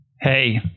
Hey